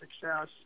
success